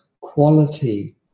quality